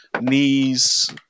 knees